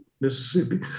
Mississippi